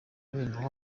bene